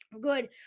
good